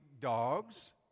dogs